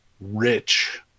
rich